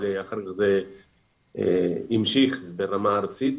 אבל אחר כך זה המשיך ברמה ארצית.